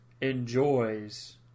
enjoys –